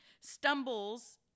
stumbles